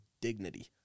dignity